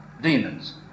demons